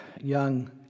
young